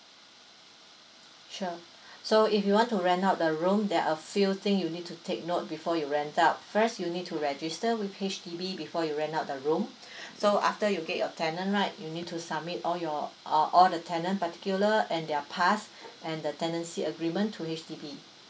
sure so if you want to rent out the room there're a few thing you need to take note before you rent out first you need to register with H_D_B before you rent out the room so after you get your tenant night you need to submit all your uh all the tenant particular and their pass and the tenancy agreement to H_D_B